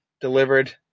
delivered